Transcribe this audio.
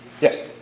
Yes